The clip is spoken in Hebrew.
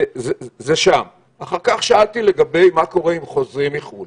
שאלתי לגבי אנשים שחוזרים מחו"ל.